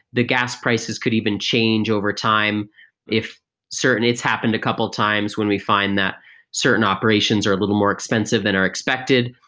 the gas prices could even change over time if it's happened a couple times when we find that certain operations are a little more expensive than are expected.